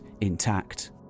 intact